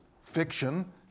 fiction